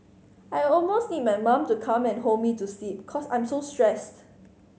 I almost need my mom to come and hold me to sleep cause I'm so stressed